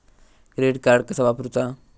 Credit card कसा वापरूचा?